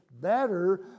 better